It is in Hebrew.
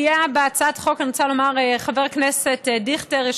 סייע בהצעת החוק חבר הכנסת דיכטר,